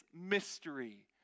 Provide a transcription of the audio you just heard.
mystery